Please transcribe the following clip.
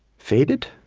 fated?